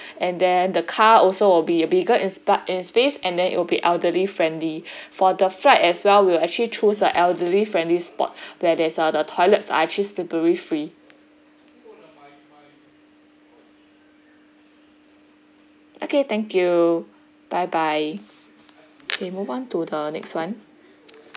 and then the car also will be a bigger in spa~ in space and then it'll be elderly friendly for the flight as well we'll actually choose a elderly friendly spot where there is uh the toilets are actually slippery free okay thank you bye bye okay move on to the next [one]